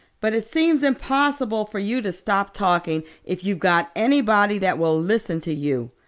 but it seems impossible for you to stop talking if you've got anybody that will listen to you.